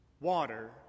Water